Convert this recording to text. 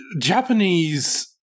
Japanese